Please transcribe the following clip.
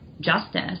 justice